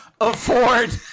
afford